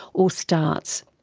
or startts.